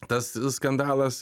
tas skandalas